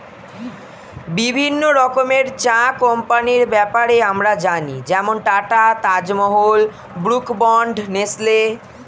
বিভিন্ন রকমের চা কোম্পানির ব্যাপারে আমরা জানি যেমন Tata, Taj Mahal, Brooke Bond, Nestle